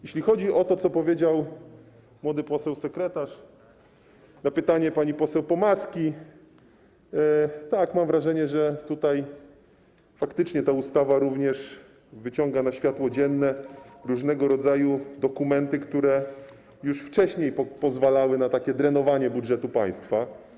Jeśli chodzi o to, co powiedział młody poseł sekretarz na pytanie pani poseł Pomaskiej - tak, mam wrażenie, że tutaj faktycznie ta ustawa również wyciąga na światło dzienne różnego rodzaju dokumenty, które już wcześniej pozwalały na takie drenowanie budżetu państwa.